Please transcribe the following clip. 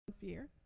fear